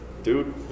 dude